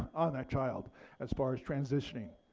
on the child as far as transitioning.